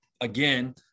again